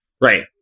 Right